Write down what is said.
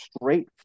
straight